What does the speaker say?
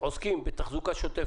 רוצים לתת שירות,